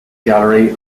gallery